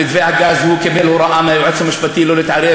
במתווה הגז הוא קיבל הוראה מהיועץ המשפטי שלא להתערב,